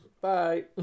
Bye